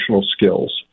skills